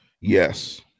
Yes